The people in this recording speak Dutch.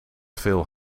veel